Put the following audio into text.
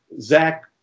Zach